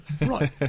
right